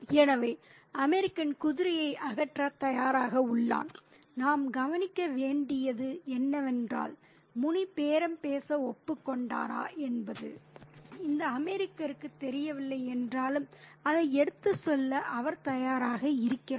எனவே அமெரிக்கன் குதிரையை அகற்றத் தயாராக உள்ளான் நாம் கவனிக்க வேண்டியது என்னவென்றால் முனி பேரம் பேச ஒப்புக் கொண்டாரா என்பது இந்த அமெரிக்கருக்குத் தெரியவில்லை என்றாலும் அதை எடுத்துச் செல்ல அவர் தயாராக இருக்கிறார்